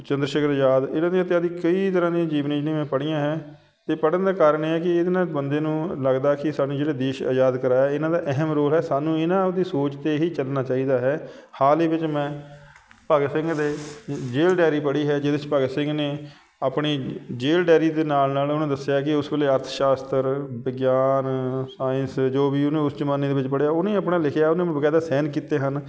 ਚੰਦਰਸ਼ੇਖਰ ਅਜ਼ਾਦ ਇਹਨਾਂ ਦੀਆਂ ਕਈ ਤਰ੍ਹਾਂ ਦੀਆਂ ਜੀਵਨੀਆਂ ਜਿਹੜੀਆਂ ਮੈਂ ਪੜ੍ਹੀਆਂ ਹੈ ਅਤੇ ਪੜ੍ਹਨ ਦਾ ਕਾਰਨ ਇਹ ਹੈ ਕਿ ਇਹਦੇ ਨਾਲ ਬੰਦੇ ਨੂੰ ਲੱਗਦਾ ਕਿ ਸਾਨੂੰ ਜਿਹੜੇ ਦੇਸ਼ ਆਜ਼ਾਦ ਕਰਾਇਆ ਇਹਨਾਂ ਦਾ ਅਹਿਮ ਰੋਲ ਹੈ ਸਾਨੂੰ ਇਹਨਾਂ ਉ ਦੀ ਸੋਚ 'ਤੇ ਹੀ ਚੱਲਣਾ ਚਾਹੀਦਾ ਹੈ ਹਾਲ ਹੀ ਵਿੱਚ ਮੈਂ ਭਗਤ ਸਿੰਘ ਦੇ ਜੇਲ ਡੈਅਰੀ ਪੜ੍ਹੀ ਹੈ ਜਿਹਦੇ 'ਚ ਭਗਤ ਸਿੰਘ ਨੇ ਆਪਣੀ ਜੇਲ ਡੈਅਰੀ ਦੇ ਨਾਲ ਨਾਲ ਉਹਨਾਂ ਦੱਸਿਆ ਕਿ ਉਸ ਵੇਲੇ ਅਰਥਸ਼ਾਸਤਰ ਵਿਗਿਆਨ ਸਾਇੰਸ ਜੋ ਵੀ ਉਹਨੇ ਉਸ ਜ਼ਮਾਨੇ ਦੇ ਵਿੱਚ ਪੜ੍ਹਿਆ ਉਹਨੇ ਆਪਣਾ ਲਿਖਿਆ ਉਹਨੇ ਬਕਾਇਦਾ ਸਾਈਨ ਕੀਤੇ ਹਨ